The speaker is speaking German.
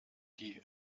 die